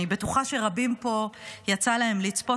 אני בטוחה שרבים פה יצא להם לצפות,